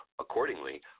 accordingly